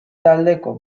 taldeko